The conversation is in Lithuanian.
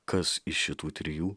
kas iš šitų trijų